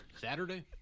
Saturday